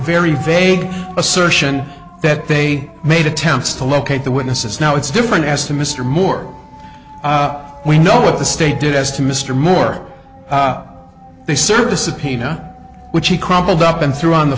very fake assertion that they made attempts to locate the witnesses now it's different as to mr moore we know what the state did as to mr moore they serve a subpoena which he crumpled up and threw on the